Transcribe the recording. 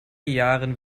jahren